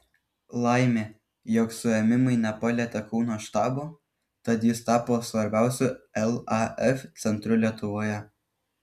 laimė jog suėmimai nepalietė kauno štabo tad jis tapo svarbiausiu laf centru lietuvoje